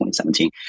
2017